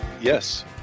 Yes